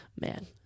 Man